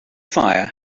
fire